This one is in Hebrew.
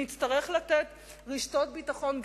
נצטרך לתת רשתות ביטחון,